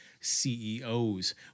CEOs